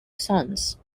sons